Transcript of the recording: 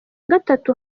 gatatu